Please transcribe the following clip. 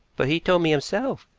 but he told me himself.